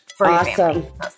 Awesome